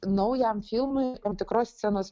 naujam filmui tam tikros scenos